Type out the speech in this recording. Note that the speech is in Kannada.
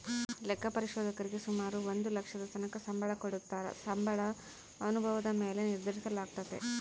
ಲೆಕ್ಕ ಪರಿಶೋಧಕರೀಗೆ ಸುಮಾರು ಒಂದು ಲಕ್ಷದತಕನ ಸಂಬಳ ಕೊಡತ್ತಾರ, ಸಂಬಳ ಅನುಭವುದ ಮ್ಯಾಲೆ ನಿರ್ಧರಿಸಲಾಗ್ತತೆ